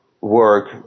work